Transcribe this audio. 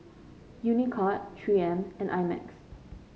Unicurd Three M and I Max